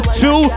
two